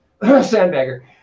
Sandbagger